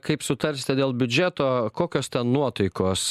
kaip sutarsite dėl biudžeto kokios ten nuotaikos